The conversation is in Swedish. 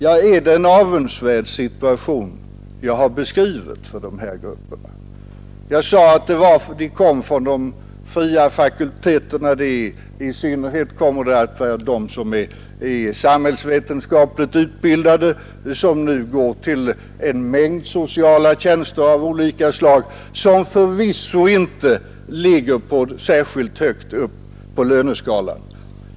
Ja, är det en avundsvärd situation jag har beskrivit för de här grupperna? Jag sade att de kom från de fria fakulteterna. I synnerhet är det de som är samhällsvetenskapligt utbildade som nu går till en mängd sociala tjänster av olika slag, vilka förvisso inte ligger särskilt högt upp på löneskalan.